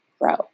grow